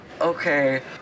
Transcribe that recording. Okay